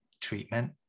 treatment